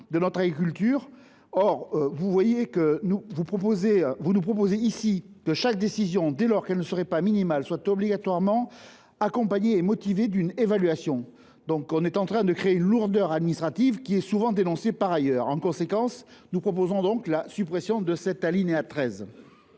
de notre agriculture. Or vous nous proposez ici que chaque décision, dès lors qu’elle ne serait pas minimale, soit obligatoirement accompagnée et motivée par une évaluation. Vous entendez donc créer la lourdeur administrative que vous dénoncez par ailleurs. En conséquence, nous proposons la suppression de l’alinéa 13.